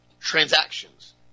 transactions